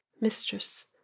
Mistress